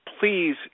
Please